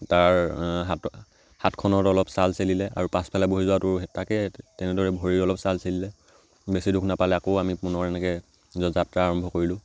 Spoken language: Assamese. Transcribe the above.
তাৰ হাত হাতখনত অলপ চাল চেলিলে আৰু পাছফালে বহি যোৱাটো তাকে তেনেদৰে ভৰি অলপ চাল চেলিলে বেছি দুখ নাপালে আকৌ আমি পুনৰ এনেকৈ নিজৰ যাত্ৰা আৰম্ভ কৰিলোঁ